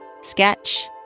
sketch